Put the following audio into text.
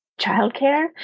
childcare